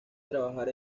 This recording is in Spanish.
trabajar